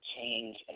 change